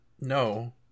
No